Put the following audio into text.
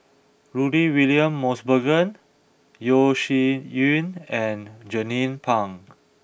Rudy William Mosbergen Yeo Shih Yun and Jernnine Pang